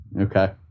Okay